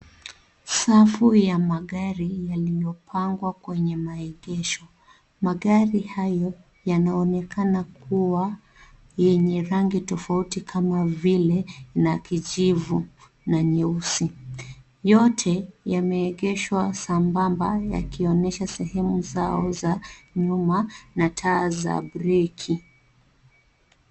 Safu ya magari yaliyopangwa kwenye maeghesho , magari hayo yanaonekana kuwa yenye rangi tofauti kama vile; la kijivu na nyeusi yote yameegheshwa sambamba yakionyesha sehemu zao za nyuma na taa za breki.